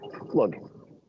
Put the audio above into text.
Look